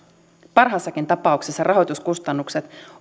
parhaassakin tapauksessa rahoituskustannukset